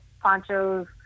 ponchos